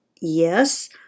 yes